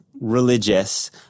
religious